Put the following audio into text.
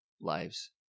lives